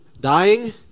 dying